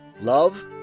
love